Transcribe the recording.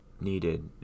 needed